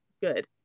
good